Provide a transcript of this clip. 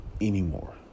anymore